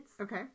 Okay